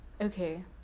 okay